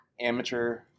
amateur